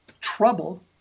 trouble